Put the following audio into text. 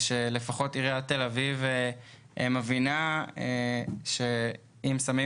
שלפחות עיריית תל אביב מבינה שאם שמים